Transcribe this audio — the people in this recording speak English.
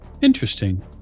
interesting